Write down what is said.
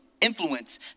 influence